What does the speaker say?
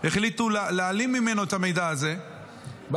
החליטו להעלים ממנו את המידע הזה בלילה,